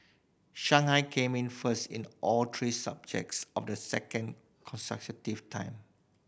Shanghai came in first in all three subjects of the second consecutive time